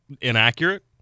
inaccurate